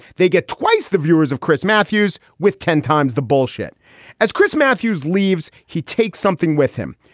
they get twice the viewers of chris matthews with ten times the bullshit as chris matthews leaves. he takes something with him.